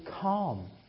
calm